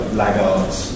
laggards